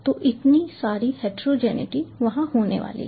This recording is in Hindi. तो इतनी सारी हेटेरोजेनेटी वहां होने वाली है